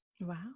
Wow